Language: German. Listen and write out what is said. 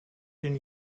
den